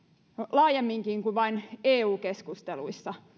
laajemminkin kuin vain eu keskusteluissa